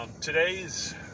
Today's